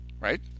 right